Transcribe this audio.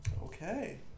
Okay